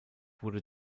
wurde